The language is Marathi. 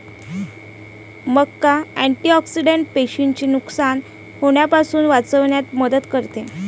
मका अँटिऑक्सिडेंट पेशींचे नुकसान होण्यापासून वाचविण्यात मदत करते